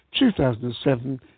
2007